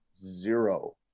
zero